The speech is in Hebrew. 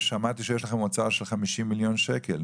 שמעתי שיש לכם אוצר של 50 מיליון שקל,